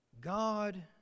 God